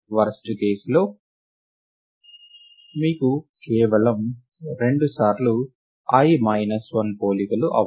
worst కేసులో మీకు కేవలం 2 సార్లు i మైనస్ 1 పోలికలు అవసరం